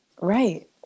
Right